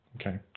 Okay